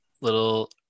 little